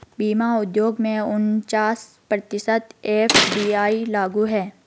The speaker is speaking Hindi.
बीमा उद्योग में उनचास प्रतिशत एफ.डी.आई लागू है